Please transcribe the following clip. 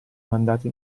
mandati